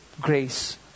grace